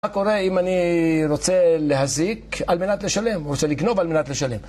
מה קורה אם אני רוצה להזיק על מנת לשלם, או שלגנוב על מנת לשלם?